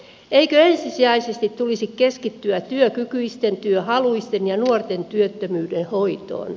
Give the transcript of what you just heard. eikö ensisijaisesti tulisi keskittyä työkykyisten työhaluisten ja nuorten työttömyyden hoitoon